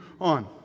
on